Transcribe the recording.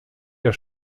der